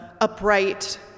upright